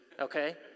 okay